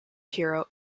hero